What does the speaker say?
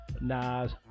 Nas